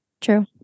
True